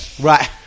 Right